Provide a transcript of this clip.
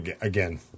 again